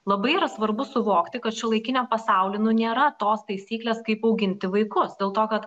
labai yra svarbu suvokti kad šiuolaikiniam pasauly nu nėra tos taisyklės kaip auginti vaikus dėl to kad